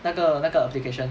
那个那个 application